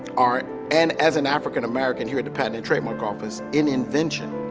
art, and as an african american, here at the patent and trademark office, in invention.